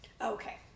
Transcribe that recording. okay